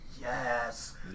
Yes